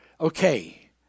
Okay